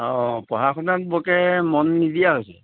অ পঢ়া শুনাত বৰকৈ মন নিদিয়া হৈছে